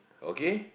okay